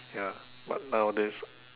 ya but nowadays